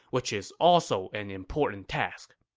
which is also an important task.